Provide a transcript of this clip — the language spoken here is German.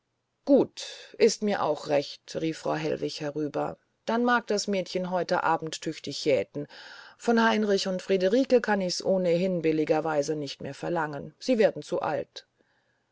gut ist mir auch recht rief frau hellwig herüber dann mag das mädchen heute abend tüchtig jäten von heinrich und friederike kann ich's ohnehin billigerweise nicht mehr verlangen sie werden zu alt